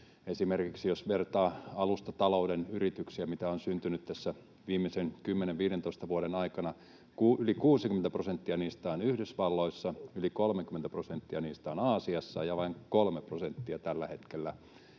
Esimerkiksi jos vertaa alustatalouden yrityksiä, mitä on syntynyt tässä viimeisen 10—15 vuoden aikana, niin yli 60 prosenttia niistä on Yhdysvalloissa, yli 30 prosenttia niistä on Aasiassa ja vain 3 prosenttia tällä hetkellä